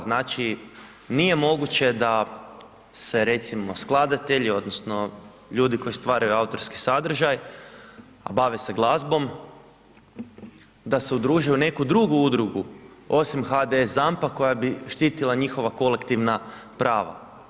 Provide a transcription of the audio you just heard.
Znači nije moguće da se recimo skladatelji odnosno ljudi koji stvaraju autorski sadržaj, a bave se glazbom da se udruže u neku drugu udrugu osim HDS ZAMP-a koja bi štitila njihova kolektivna prava.